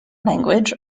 language